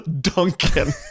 Duncan